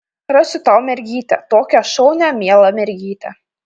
rasiu tau mergytę tokią šaunią mielą mergytę